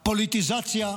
הפוליטיזציה,